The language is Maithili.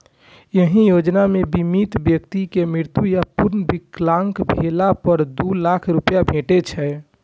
एहि योजना मे बीमित व्यक्ति के मृत्यु या पूर्ण विकलांग भेला पर दू लाख रुपैया भेटै छै